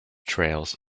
trails